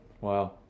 Wow